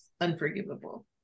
unforgivable